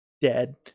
dead